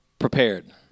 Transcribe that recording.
prepared